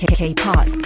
K-pop